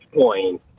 point